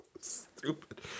Stupid